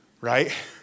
Right